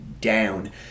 down